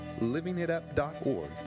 livingitup.org